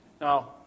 Now